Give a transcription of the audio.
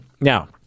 now